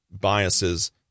biases